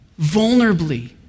vulnerably